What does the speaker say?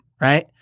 right